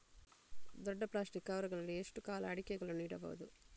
ದೊಡ್ಡ plastic cover ಗಳಲ್ಲಿ ಎಷ್ಟು ಕಾಲ ಅಡಿಕೆಗಳನ್ನು ಇಡಬಹುದು?